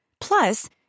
Plus